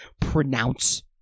pronounce